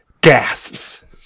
gasps